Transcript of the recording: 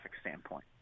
standpoint